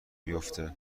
بیفته